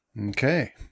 Okay